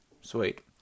sweet